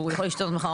כן,